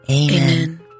Amen